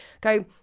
Go